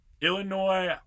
Illinois